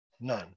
None